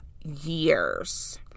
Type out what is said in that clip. years